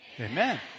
Amen